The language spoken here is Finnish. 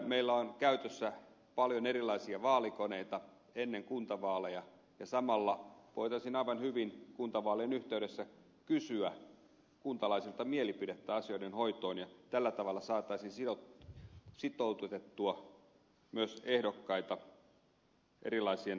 meillä on käytössä paljon erilaisia vaalikoneita ennen kuntavaaleja ja kuntavaalien yhteydessä voitaisiin samalla aivan hyvin kysyä kuntalaisilta mielipidettä asioiden hoidosta ja tällä tavalla saataisiin sitoutettua myös ehdokkaita erilaisten teemojen yhteyteen